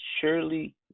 surely